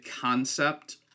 concept